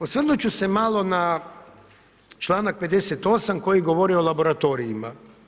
Osvrnuti ću se malo na članak 58. koji govori o laboratorijima.